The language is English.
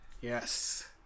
Yes